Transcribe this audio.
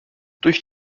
durch